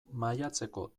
maiatzeko